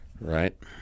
right